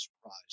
surprise